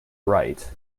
right